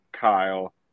Kyle